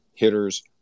hitters